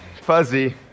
fuzzy